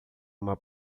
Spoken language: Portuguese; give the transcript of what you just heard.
uma